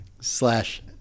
Slash